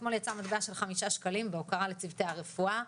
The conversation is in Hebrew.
אתמול יצא מטבע של חמישה שקלים בהוקרה לצוותי הרפואה - מהמם,